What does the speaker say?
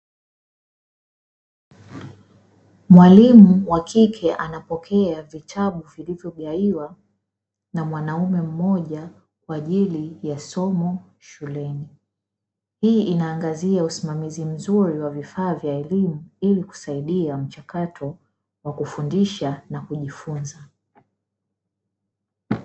Mwalimu wa kike anapokea vitabu vilivyogawiwa na mwanaume mmoja kwa ajili ya somo shuleni. Hii inaangazia usimamizi mzuri wa vifaa vya elimu, ili kusaidia mchakato wa kufundisha na kujifunza.